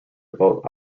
about